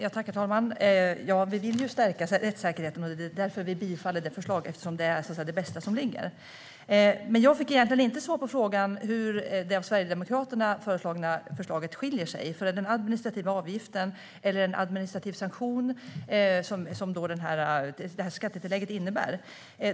Herr talman! Vi vill stärka rättssäkerheten, och det är därför vi yrkar bifall till förslaget. Det är så att säga det bästa som föreligger. Jag fick egentligen inte svar på frågan hur Sverigedemokraternas förslag särskiljer sig när det gäller den administrativa sanktion skattetillägget innebär.